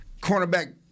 cornerback